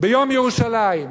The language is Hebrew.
ביום ירושלים,